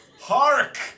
Hark